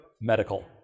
Medical